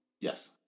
Yes